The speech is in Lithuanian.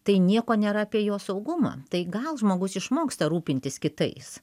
tai nieko nėra apie jo saugumą tai gal žmogus išmoksta rūpintis kitais